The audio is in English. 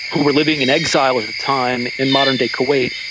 who were living in exile at the time in modern-day kuwait,